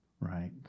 right